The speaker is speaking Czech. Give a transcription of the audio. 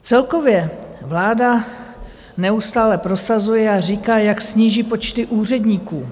Celkově vláda neustále prosazuje a říká, jak sníží počty úředníků.